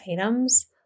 items